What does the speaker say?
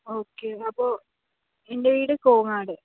okay അപ്പോൾ എൻ്റെ വീട് കോങ്ങാട്